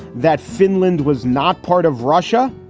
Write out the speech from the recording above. that finland was not part of russia?